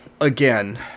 Again